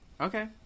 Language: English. Okay